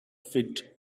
fit